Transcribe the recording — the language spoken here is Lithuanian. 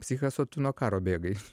psichas o tu nuo karo bėgai